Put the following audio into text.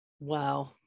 Wow